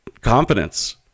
confidence